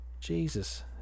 Jesus